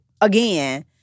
again